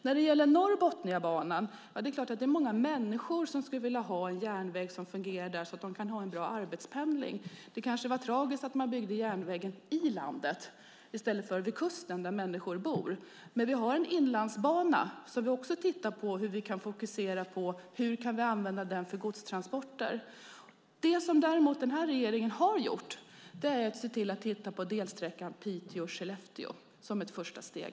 När det gäller Norrbotniabanan är det klart att det är många människor som skulle vilja ha en järnväg som fungerar där så att de kan ha en bra arbetspendling. Det kanske var tragiskt att man byggde järnvägen inne i landet i stället för vid kusten, där människor bor. Men vi har en inlandsbana som vi också tittar närmare på hur vi kan använda för godstransporter. Det som däremot den här regeringen har gjort är att fokusera på delsträckan Piteå-Skellefteå som ett första steg.